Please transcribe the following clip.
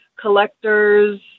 collectors